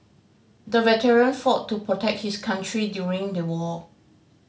the veteran fought to protect his country during the war